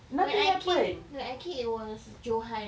when I came it was johan